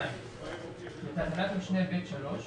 בתקנת משנה (ב3),